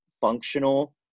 functional